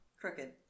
Crooked